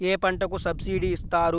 ఏ పంటకు సబ్సిడీ ఇస్తారు?